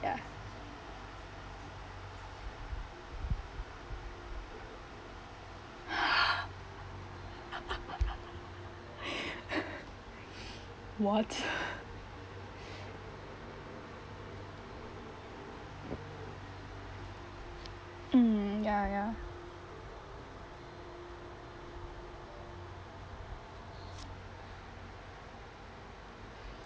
ya what mm ya ya